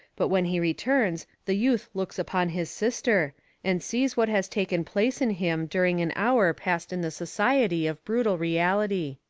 but when he returns, the youth looks upon his sister and sees what has taken place in him during an hour passed in the society of brutal reality!